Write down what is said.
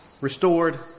Restored